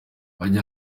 harya